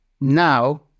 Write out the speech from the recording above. now